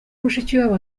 mushikiwabo